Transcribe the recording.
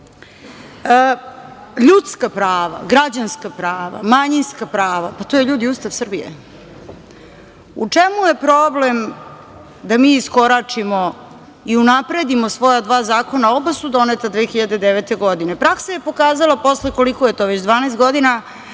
toga. Ljudska prava, građanska prava, manjinska prava, to je, ljudi, Ustav Srbije. U čemu je problem da mi iskoračimo i unapredimo svoja dva zakona, a oba su doneta 2009. godine? Praksa je pokazala posle, koliko je to, 12 godina